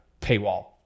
paywall